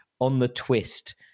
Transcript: on-the-twist